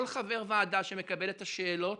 כל חבר ועדה שמקבל את השאלות,